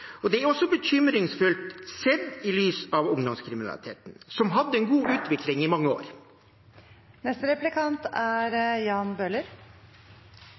det. Det er også bekymringsfullt sett i lys av ungdomskriminaliteten, som har hatt en god utvikling i mange